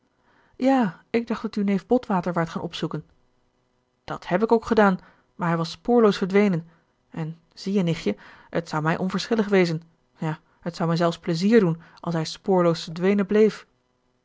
ja ik dacht dat u neef botwater waart gaan opzoeken dat heb ik ook gedaan maar hij was spoorloos verdwenen en zie-je nichtje het zou mij onverschillig wezen ja t zou mij zelfs pleizier doen als hij spoorloos verdwenen bleef